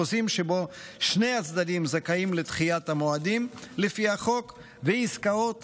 חוזים שבהם שני הצדדים זכאים לדחיית המועדים לפי החוק ועסקאות